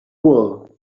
wool